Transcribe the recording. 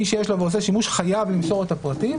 מי שיש לו ועושה שימוש חייב למסור את הפרטים.